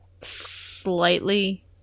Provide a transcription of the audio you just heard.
slightly